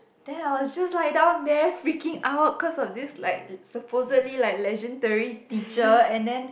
then I was just lie down there freaking out cause of this like supposedly like legendary teacher and then